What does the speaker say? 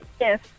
Yes